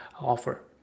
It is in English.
offer